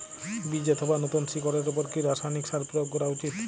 বীজ অথবা নতুন শিকড় এর উপর কি রাসায়ানিক সার প্রয়োগ করা উচিৎ?